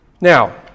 Now